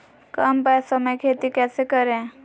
कम पैसों में खेती कैसे करें?